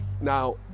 now